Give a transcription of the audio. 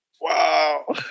Wow